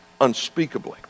unspeakably